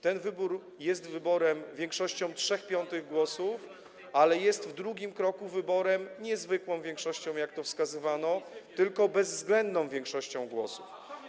Ten wybór jest wyborem większością 3/5 głosów, ale jest w drugim kroku wyborem nie zwykłą większością, jak to wskazywano, tylko bezwzględną większością głosów.